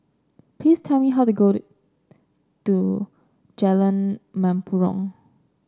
please tell me how to got to Jalan Mempurong